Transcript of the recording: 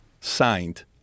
signed